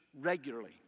regularly